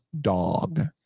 dog